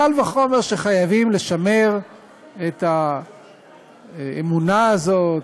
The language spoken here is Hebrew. קל וחומר שחייבים לשמר את האמונה הזאת,